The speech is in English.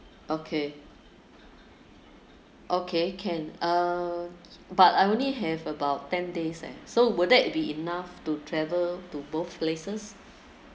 okay okay can uh but I only have about ten days eh so will that be enough to travel to both places